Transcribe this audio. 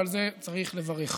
ועל זה צריך לברך.